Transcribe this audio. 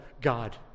God